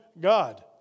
God